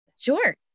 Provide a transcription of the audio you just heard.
Sure